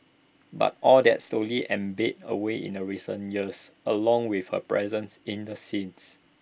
but all that slowly ebbed away in the recent years along with her presence in the scenes